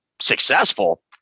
successful